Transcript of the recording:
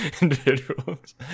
individuals